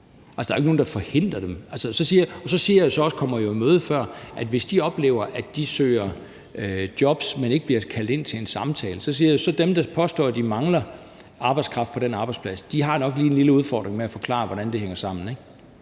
jeg det jo også i møde før ved at sige, at hvis de oplever, at de søger jobs, men ikke bliver kaldt ind til en samtale, så siger jeg, at dem, der påstår, at de mangler arbejdskraft på den arbejdsplads, nok lige har en lille udfordring med at forklare, hvordan det hænger sammen,